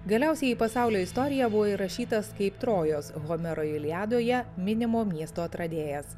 galiausiai į pasaulio istoriją buvo įrašytas kaip trojos homero iliadoje minimo miesto atradėjas